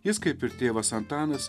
jis kaip ir tėvas antanas